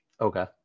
Okay